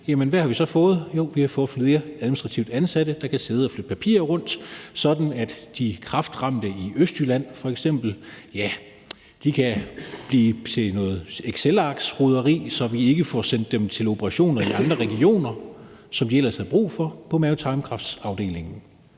Jamen hvad har vi så fået? Jo, vi fået flere administrative ansatte, der kan sidde og flytte papirer rundt, sådan at de kræftramte i Østjylland f.eks. kan blive til noget excelarksroderi, så vi ikke får sendt dem til operationer i andre regioner, som de ellers har brug for på mave- og tarmkræftafdelingen.